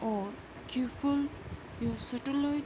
اور کیبل یا سیٹلائٹ